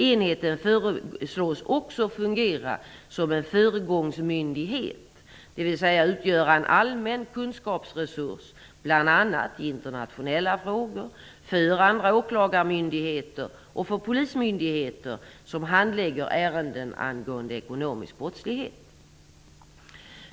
Enheten föreslås också fungera som en föregångsmyndighet, dvs. utgöra en allmän kunskapsresurs bl.a. i internationella frågor för andra åklagarmyndigheter och för polismyndigheter som handlägger ärenden angående ekonomisk brottslighet.